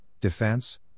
defense